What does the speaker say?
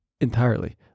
entirely